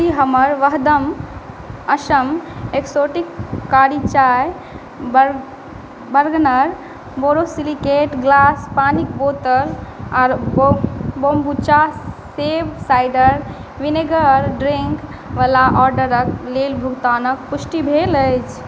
कि हमर वहदम असम एक्सोटिक कारी चाइ बर्ग बर्गनर बोरोसिलिकेट ग्लास पानिके बोतल आओर बोम बोम्बुचा सेब साइडर विनेगर ड्रिन्कवला ऑडरके लेल भुगतानके पुष्टि भेल अछि